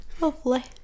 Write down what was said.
Lovely